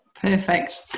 perfect